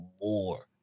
more